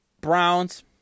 Browns